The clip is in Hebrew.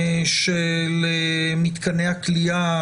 של מתקני הכליאה,